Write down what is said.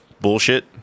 Bullshit